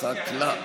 עַסַאקְלַה.